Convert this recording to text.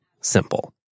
simple